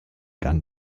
gang